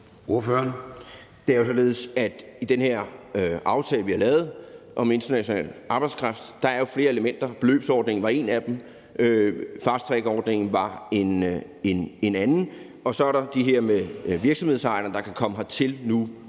Det er jo således, at der i den aftale, vi har lavet om international arbejdskraft, er flere elementer. Beløbsordningen er et af dem, fasttrackordningen er et andet, og så er der også den her mulighed for, at virksomhedsejerne nu kan komme hertil.